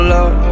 Lord